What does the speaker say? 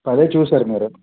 అదే చూశారు మీరు